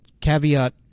caveat